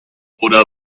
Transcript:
oder